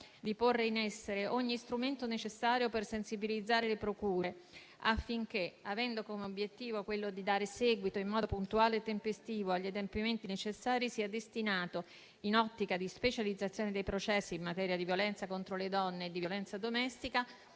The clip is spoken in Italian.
di porre in essere ogni strumento necessario per sensibilizzare le procure, affinché, avendo come obiettivo quello di dare seguito in modo puntuale e tempestivo agli adempimenti necessari, sia destinato, in ottica di specializzazione dei processi in materia di violenza contro le donne e di violenza domestica,